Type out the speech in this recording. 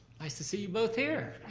nice to see you both here.